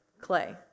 clay